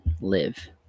live